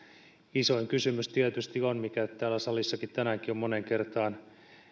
isoin kysymys mikä täällä salissakin tänäänkin on moneen kertaan